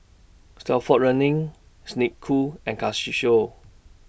Stalford Learning Snek Ku and Casio